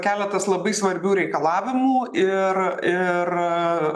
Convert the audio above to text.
keletas labai svarbių reikalavimų ir